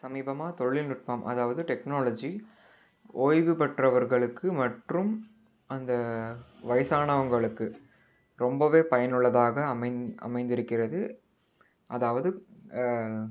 சமீபமாக தொழில்நுட்பம் அதாவது டெக்னாலஜி ஓய்வு பெற்றவர்களுக்கு மற்றும் அந்த வயதானவங்களுக்கு ரொம்பவே பயனுள்ளதாக அமைந் அமைந்திருக்கிறது அதாவது